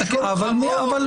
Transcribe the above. מכובדיי.